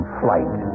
flight